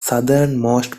southernmost